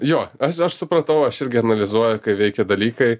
jo aš aš supratau aš irgi analizuoju ką veikia dalykai